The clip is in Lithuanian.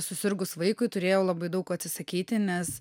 susirgus vaikui turėjau labai daug ko atsisakyti nes